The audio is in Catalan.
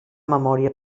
memòria